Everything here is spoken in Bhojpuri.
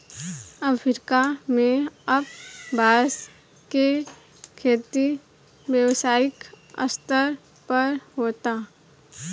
अफ्रीका में अब बांस के खेती व्यावसायिक स्तर पर होता